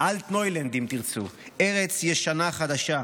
"אלטנוילנד", אם תרצו ארץ ישנה-חדשה,